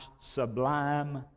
sublime